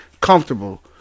comfortable